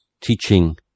teaching